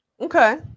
Okay